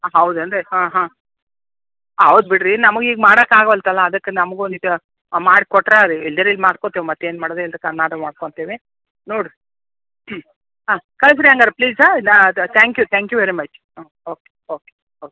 ಹಾಂ ಹೌದೇನು ರೀ ಹಾಂ ಹಾಂ ಹೌದ್ ಬಿಡಿರಿ ನಮಗೆ ಈಗ ಮಾಡಕ್ಕೆ ಆಗ್ವಲ್ತಲ ಅದಕ್ಕೆ ನಮಗು ಒಂದಿಷ್ಟು ಮಾಡಿ ಕೊಟ್ರೆ ರೀ ಇಲ್ದಿರೆ ಇಲ್ಲೇ ಮಾಡ್ಕೋತೀವಿ ಮತ್ತೇನು ಮಾಡೋದು ಹೇಳಿರಿ ಅನ್ನ ಆದರೂ ಮಾಡ್ಕೊಳ್ತೀವಿ ನೋಡಿರಿ ಹ್ಞೂ ಹಾಂ ಕಳ್ಸಿ ರೀ ಹಂಗರೆ ಪ್ಲೀಸಾ ನಾನು ಅದು thank you thank you very much ಹ್ಞೂ ಓಕೆ ಓಕೆ ಓಕೆ